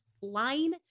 line